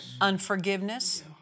unforgiveness